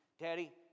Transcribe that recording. Daddy